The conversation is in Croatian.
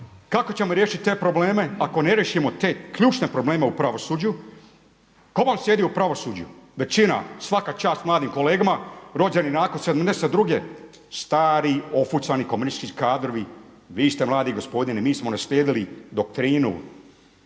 Kako ćemo riješiti te probleme ako ne riješimo te ključne probleme u pravosuđu? Tko vam sjedi u pravosuđu? Većina. Svaka čast mladim kolegama rođeni nakon '72. stari ofucani komunistički kadrovi. Vi ste mladi gospodine, mi smo naslijedili doktrinu